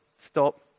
stop